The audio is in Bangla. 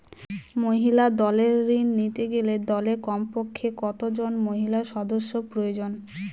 মহিলা দলের ঋণ নিতে গেলে দলে কমপক্ষে কত জন মহিলা সদস্য প্রয়োজন?